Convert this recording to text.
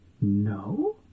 No